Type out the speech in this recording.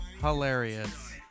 hilarious